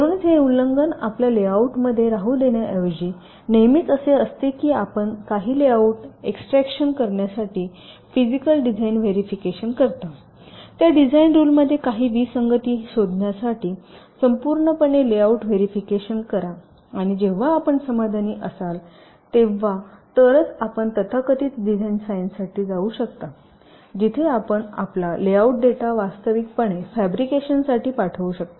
म्हणूनच हे उल्लंघन आपल्या लेआउटमध्ये राहू देण्याऐवजी नेहमीच असे असते की आपण काही लेआउट एक्सट्रॅक्शन करण्यासाठी फिजिकल डिझाइन व्हेरिफिकेशन करता त्या डिझाइन रुलमध्ये काही विसंगती शोधण्यासाठी संपूर्णपणे लेआउट व्हेरिफिकेशन करा आणि जेव्हा आपण समाधानी असाल तेव्हाच तरच आपण तथाकथित डिझाइन साइनसाठी जाऊ शकता जिथे आपण आपला लेआउट डेटा वास्तविकपणे फॅब्रिकेशनसाठी पाठवू शकता